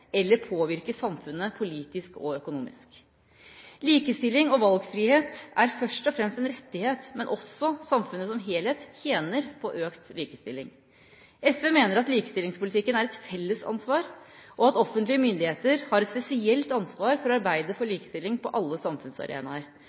eller påvirke samfunnet politisk og økonomisk. Likestilling og valgfrihet er først og fremst en rettighet, men samfunnet som helhet tjener også på økt likestilling. SV mener at likestillingspolitikken er et felles ansvar, og at offentlige myndigheter har et spesielt ansvar for å arbeide for likestilling på alle samfunnsarenaer.